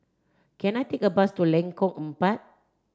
can I take a bus to Lengkok Empat